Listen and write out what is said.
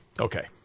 Okay